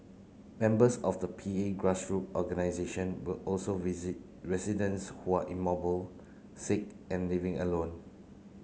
members of the P A grassroot organisation will also visit residents who are immobile sick and living alone